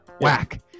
whack